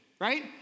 right